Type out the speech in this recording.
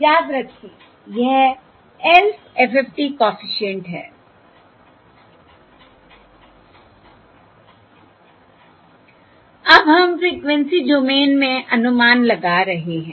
याद रखें यह lth FFT कॉफिशिएंट है अब हम फ़्रीक्वेंसी डोमेन में अनुमान लगा रहे हैं